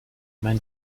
mein